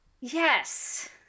Yes